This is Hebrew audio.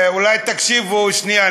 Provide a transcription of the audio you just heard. אולי תקשיבו שנייה,